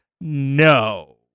No